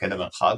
ומפקד המרחב,